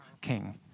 king